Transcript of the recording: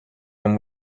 him